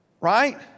Right